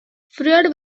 freud